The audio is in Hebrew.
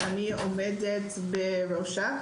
שאני עומדת בראשה.